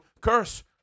curse